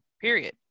period